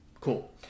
Cool